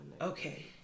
Okay